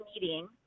meeting